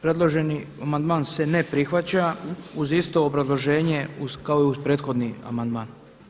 Predloženi amandman se ne prihvaća uz isto obrazloženje kao i prethodni amandman.